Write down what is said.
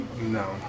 No